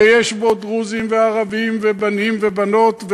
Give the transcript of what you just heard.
ויש בו דרוזים וערבים ובנים ובנות,